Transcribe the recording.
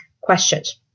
questions